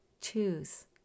Choose